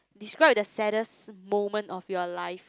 describe the saddest moment of your life